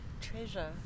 treasure